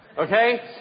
Okay